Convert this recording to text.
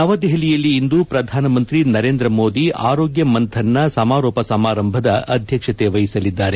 ನವದೆಹಲಿಯಲ್ಲಿ ಇಂದು ಪ್ರಧಾನ ಮಂತ್ರಿ ನರೇಂದ್ರ ಮೋದಿ ಆರೋಗ್ಯ ಮಂಥನ್ನ ಸಮಾರೋಪ ಸಮಾರಂಭದ ಅಧ್ಯಕ್ಷತ ವಹಿಸಲಿದ್ದಾರೆ